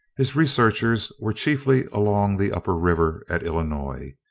his researches were chiefly along the upper river at illinois.